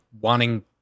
wanting